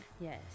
Yes